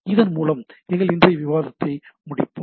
இதன் மூலம் எங்கள் இன்றைய விவாதத்தை முடிப்போம்